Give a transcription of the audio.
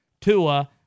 Tua